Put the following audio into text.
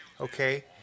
Okay